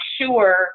sure